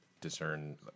discern